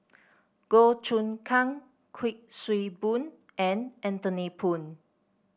Goh Choon Kang Kuik Swee Boon and Anthony Poon